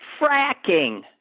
fracking